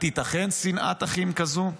התיתכן שנאת אחים כזו?